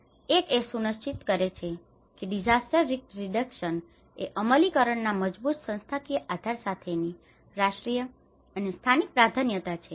એક એ સુનિશ્ચિત કરે છે કે ડીઝાસ્ટર રિસ્ક રિડકશન એ અમલીકરણના મજબુત સંસ્થાકીય આધાર સાથેની રાષ્ટ્રીય અને સ્થાનિક પ્રાધાન્યતા છે